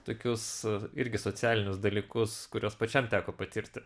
tokius irgi socialinius dalykus kuriuos pačiam teko patirti